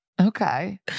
Okay